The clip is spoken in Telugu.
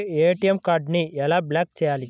ఏ.టీ.ఎం కార్డుని ఎలా బ్లాక్ చేయాలి?